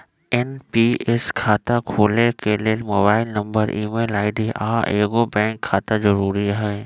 NPS खता खोले के लेल मोबाइल नंबर, ईमेल आई.डी, आऽ एगो बैंक खता जरुरी हइ